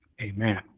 amen